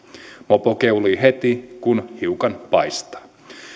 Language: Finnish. mopo keulii heti kun hiukan paistaa